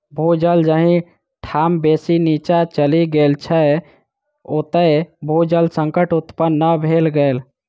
भू जल जाहि ठाम बेसी नीचाँ चलि गेल छै, ओतय भू जल संकट उत्पन्न भ गेल छै